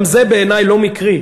גם זה בעיני לא מקרי.